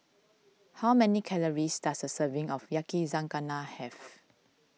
how many calories does a serving of Yakizakana have